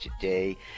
today